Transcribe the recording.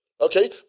Okay